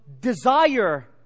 desire